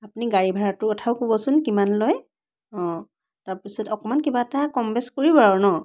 আপুনি গাড়ী ভাড়াটোৰ কথাও ক'বচোন কিমান লয় অঁ তাৰপাছত অকমান কিবা এটা কম বেচ কৰিব আৰু ন